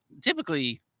typically